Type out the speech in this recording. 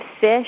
fish